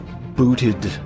booted